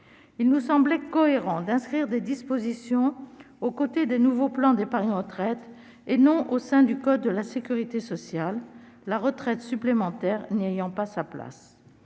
Il nous semblait cohérent d'inscrire ces dispositions aux côtés des nouveaux plans d'épargne retraite et non au sein du code de la sécurité sociale, la retraite supplémentaire n'y ayant pas sa place.